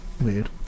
Weird